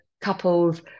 couples